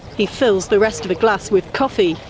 he fills the rest of the glass with coffee,